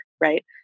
Right